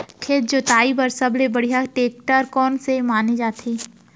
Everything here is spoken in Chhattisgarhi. खेत जोताई बर सबले बढ़िया टेकटर कोन से माने जाथे?